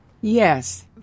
Yes